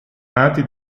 nati